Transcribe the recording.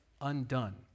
undone